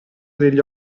degli